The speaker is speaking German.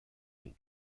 den